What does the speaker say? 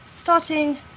Starting